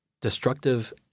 destructive